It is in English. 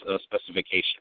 specification